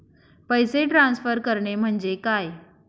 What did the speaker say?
पैसे ट्रान्सफर करणे म्हणजे काय?